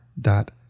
dot